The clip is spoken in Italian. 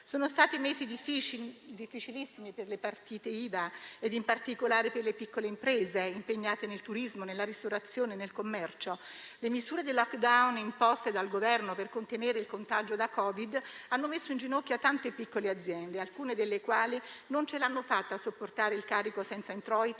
Sono stati mesi difficilissimi per le partite IVA e, in particolare, per le piccole imprese impegnate nel turismo, nella ristorazione, nel commercio. Le misure del *lockdown* imposte dal Governo per contenere il contagio da Covid-19 hanno messo in ginocchio tante piccole aziende, alcune delle quali non ce l'hanno fatta a sopportare il carico senza introiti